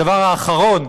הדבר האחרון,